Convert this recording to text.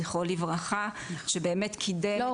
זכרו לברכה --- לא,